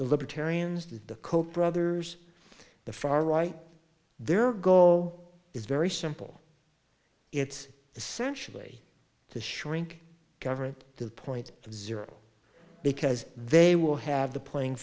the libertarians the koch brothers the far right their goal is very simple it's essentially to shrink government to the point zero because they will have the playing